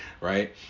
right